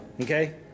Okay